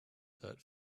that